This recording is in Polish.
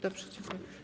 Dobrze, dziękuję.